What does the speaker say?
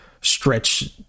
stretch